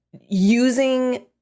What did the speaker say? using